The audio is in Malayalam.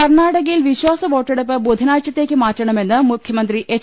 കർണാടകയിൽ വിശ്വാസവോട്ടെടുപ്പ് ബുധനാഴ്ചത്തേക്ക് മാറ്റ ണമെന്ന് മുഖ്യമന്ത്രി എച്ച്